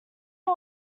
may